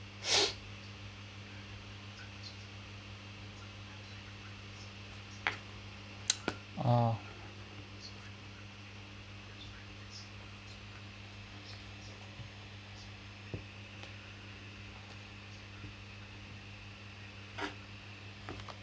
oh